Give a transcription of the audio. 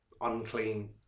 unclean